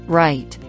right